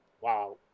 wow